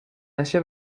نشه